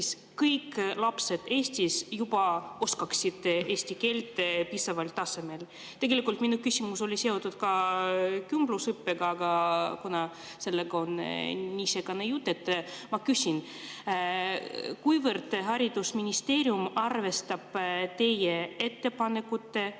kõik lapsed Eestis juba oskaksid eesti keelt piisaval tasemel. Tegelikult minu küsimus oli seotud ka [keele]kümblusõppega, aga kuna sellega on nii segane jutt, siis ma küsin: kuivõrd haridusministeerium arvestab teie ettepanekute ja